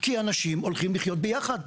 כי אנשים הולכים לחיות ביחד,